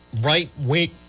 right-wing